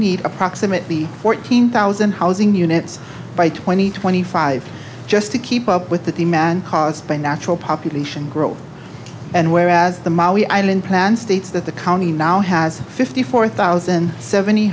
need approximately fourteen thousand housing units by twenty twenty five just to keep up with the demand caused by natural population growth and whereas the molly island plan states that the county now has fifty four thousand seventy